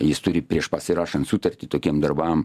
jis turi prieš pasirašant sutartį tokiem darbam